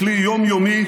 תאמיני לי,